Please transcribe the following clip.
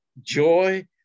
joy